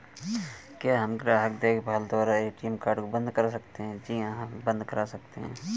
क्या हम ग्राहक देखभाल द्वारा ए.टी.एम कार्ड को बंद करा सकते हैं?